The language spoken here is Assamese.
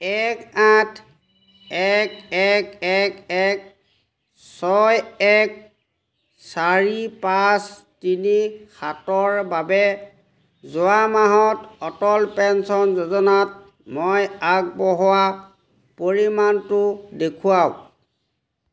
এক আঠ এক এক এক এক ছয় এক চাৰি পাঁচ তিনি সাতৰ বাবে যোৱা মাহত অটল পেঞ্চন যোজনাত মই আগবঢ়োৱা পৰিমাণটো দেখুৱাওক